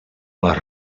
les